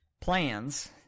plans